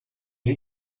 you